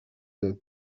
the